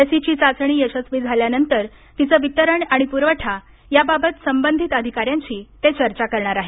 लसीची चाचणी यशस्वी झाल्यानंतर तिचं वितरण आणि पुरवठा याबाबत संबंधित अधिकाऱ्यांशी ते चर्चा करणार आहेत